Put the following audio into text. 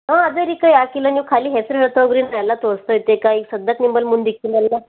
ಹಾಂ ಅದೇರಿಕ್ಕ ಯಾಕಿಲ್ಲ ನೀವು ಖಾಲಿ ಹೆಸ್ರು ಹೇಳ್ತಾ ಹೋಗಿರಿ ನಾ ಎಲ್ಲ ತೋರಿಸ್ತಾ ಇರ್ತೆಕ್ಕ ಈಗ ಸದ್ಯಕ್ಕೆ ನಿಮ್ಮಲ್ ಮುಂದಿಕ್ಕೀನಲ್ಲ